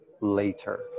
later